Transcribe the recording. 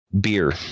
Beer